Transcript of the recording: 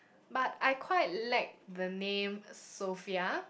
but I quite like the name Sophia